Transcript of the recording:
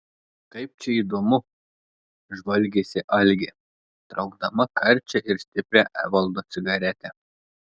kaip čia įdomu žvalgėsi algė traukdama karčią ir stiprią evaldo cigaretę